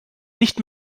nicht